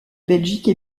belgique